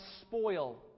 spoil